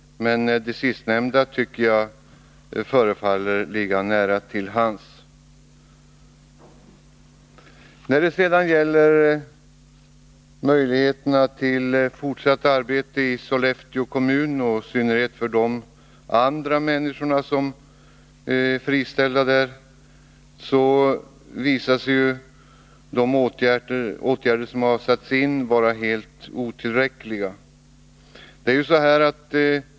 Men den sistnämnda förklaringen förefaller mig ligga nära till hands. När det gäller möjligheterna till fortsatt arbete i Sollefteå kommun, i synnerhet för de andra människor som är friställda där, visar sig ju de åtgärder som har satts in vara helt otillräckliga.